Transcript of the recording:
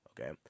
okay